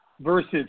versus